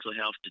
health